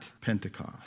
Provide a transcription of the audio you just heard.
Pentecost